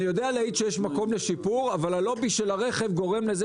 אני יודע להעיד שיש מקום לשיפור אבל הלובי של הרכב גורם לכך